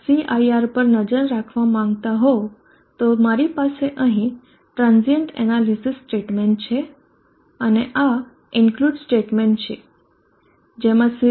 cir પર નજર રાખવા માંગતા હો તો મારી પાસે અહીં ટ્રાન્ઝીયન્ટ એનાલીસીસ સ્ટેટમેન્ટ છે અને આ ઇનકલુડ સ્ટેટમેન્ટ છે જેમાં series